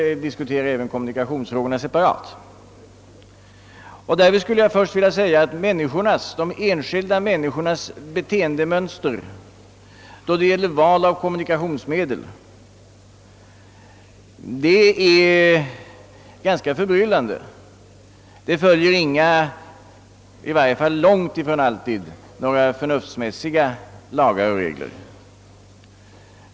Därvid skulle jag först vilja säga att de enskilda människornas beteendemönster då det gäller val av kommunikationsmedel är ganska förbryllande och långt ifrån alltid följer förnuftsmässiga lagar och regler.